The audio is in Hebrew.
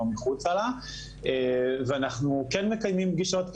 או מחוצה לה ואנחנו כן מקיימים פגישות,